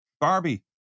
Barbie